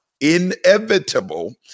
inevitable